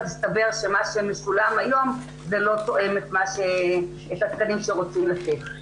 הסתבר שמה שמשולם היום זה לא תואם את התקנים שרוצים לתת.